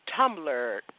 Tumblr